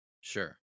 sure